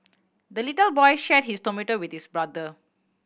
the little boy shared his tomato with his brother